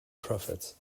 prophets